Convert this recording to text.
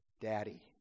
Daddy